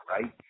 right